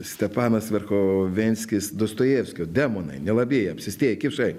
stepanas verchovenskis dostojevskio demonai nelabieji apsėstieji kipšai